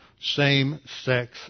same-sex